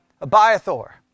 Abiathar